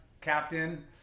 captain